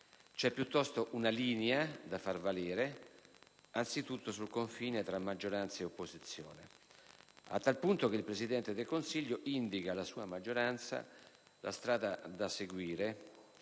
C'è piuttosto una linea da far valere, anzitutto sul confine tra maggioranza e opposizione. A tal punto che il Presidente del Consiglio indica alla sua maggioranza la strada da seguire,